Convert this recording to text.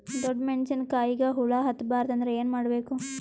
ಡೊಣ್ಣ ಮೆಣಸಿನ ಕಾಯಿಗ ಹುಳ ಹತ್ತ ಬಾರದು ಅಂದರ ಏನ ಮಾಡಬೇಕು?